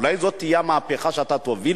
אולי זו תהיה המהפכה שאתה תוביל,